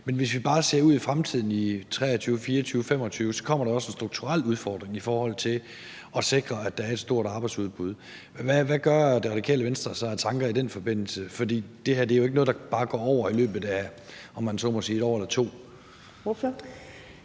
men hvis vi bare ser ud i fremtiden i 2023 og 2024 og 2025, så kommer der også en strukturel udfordring i forhold til at sikre, at der er et stort arbejdsudbud. Hvad gør Radikale Venstre sig af tanker i den forbindelse, fordi det her jo ikke er noget, der bare går over i løbet af, om man så må sige, et år eller to?